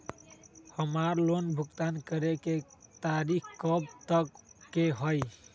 हमार लोन भुगतान करे के तारीख कब तक के हई?